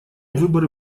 выборы